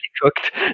cooked